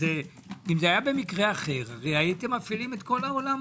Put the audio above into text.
אם זה היה במקרה אחר הייתם מפעילים את כל העולם